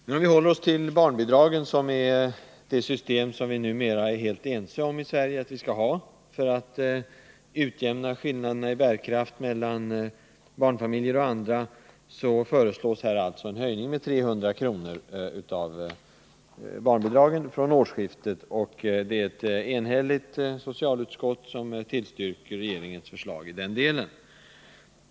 När det gäller barnbidraget, som är det system som vi numera är helt ense om att vi skall ha i Sverige för att utjämna skillnaden i bärkraft mellan barnfamiljer och andra, föreslås en höjning med 300 kr. från årsskiftet. Ett enhälligt socialutskott tillstyrker regeringens förslag i den delen.